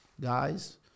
guys